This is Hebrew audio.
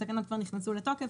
התקנות כבר נכנסו לתוקף,